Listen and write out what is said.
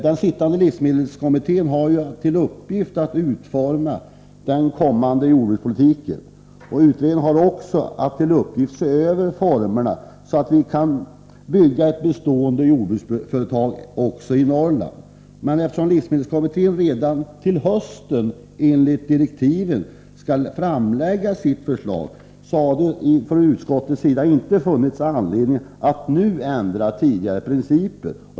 Den sittande livsmedelskommittén har ju till uppgift att utforma riktlinjerna för den kommande jordbrukspolitiken, och syftet är då att möjligheter skall finnas att driva bestående jordbruksföretag också i Norrland. Livsmedelskommittén skall enligt direktiven lägga fram sitt förslag redan till hösten och utskottet har därför inte funnit anledning att nu ändra tidigare principer.